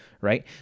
right